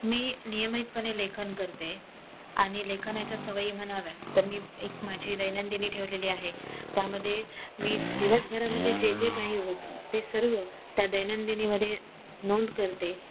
मी नियमितपणे लेखन करते आणि लेखनाच्या सवयी म्हणाव्या तर मी एक माझी दैनंदिनी ठेवलेली आहे त्यामध्ये मी दिवसभरामध्ये जे जे काही होतं ते सर्व त्या दैनंदिनीमध्ये नोंद करते